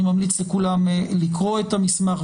אני ממליץ לכולם לקרוא את המסמך,